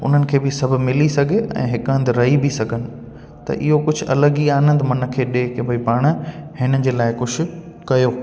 उन्हनि खे बि सभु मिली सघे ऐं हिक हंधु रही बि सघनि त इहो कुझु अलॻि ई आनंदु मन खे ॾे की भई पाणि हिननि जे लाइ कुझु कयो